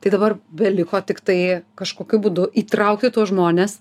tai dabar beliko tiktai kažkokiu būdu įtraukiu tuos žmones